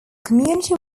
community